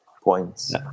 points